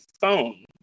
phone